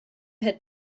had